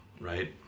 right